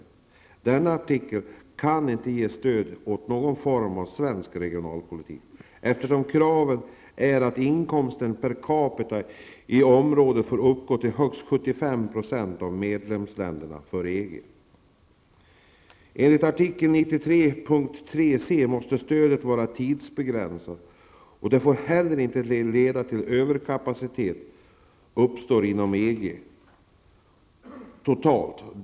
Enligt denna artikel kan inte någon form av svensk regionalpolitik stödjas, eftersom kravet är att inkomsten per capita i området får uppgå till högst Enligt artikel 93 punkt 3C måste stödet vara tidsbegränsat och får heller inte leda till att överkapacitet totalt sett uppstår inom EG.